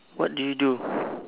what do you do